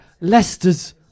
Leicester's